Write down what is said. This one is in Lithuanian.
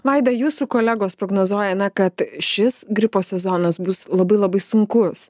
vaida jūsų kolegos prognozuoja na kad šis gripo sezonas bus labai labai sunkus